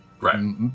Right